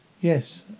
Yes